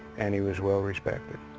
and he was well respected.